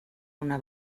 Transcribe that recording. una